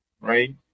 Right